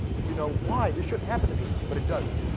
you know, why, this shouldn't happen to me, but it does.